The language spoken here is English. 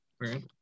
Right